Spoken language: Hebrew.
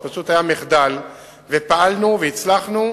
זה פשוט היה מחדל ופעלנו והצלחנו,